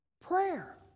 prayer